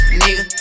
nigga